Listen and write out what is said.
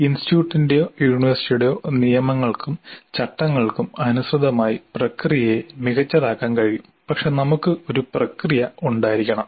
ഇൻസ്റ്റിറ്റ്യൂട്ടിന്റെയോ യൂണിവേഴ്സിറ്റിയുടെയോ നിയമങ്ങൾക്കും ചട്ടങ്ങൾക്കും അനുസൃതമായി പ്രക്രിയയെ മികച്ചതാക്കാൻ കഴിയും പക്ഷേ നമുക്ക് ഒരു പ്രക്രിയ ഉണ്ടായിരിക്കണം